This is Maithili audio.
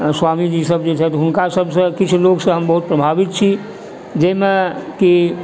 स्वामी जी सब जे छथि हुनका सबसँ किछु लोकसँ हम बहुत प्रभावित छी जाहिमे कि